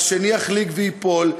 השני יחליק וייפול,